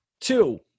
Two